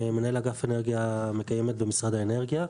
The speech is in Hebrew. מנהל אגף אנרגיה מקיימת במשרד האנרגיה.